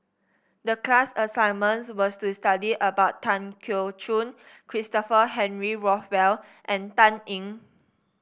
the class assignment was to study about Tan Keong Choon Christopher Henry Rothwell and Dan Ying